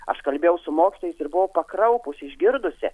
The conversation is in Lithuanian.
aš kalbėjau su mokytojais ir buvau pakraupus išgirdusi